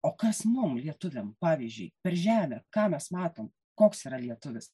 o kas mum lietuviam pavyzdžiui per žemę ką mes matom koks yra lietuvis